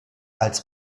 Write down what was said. als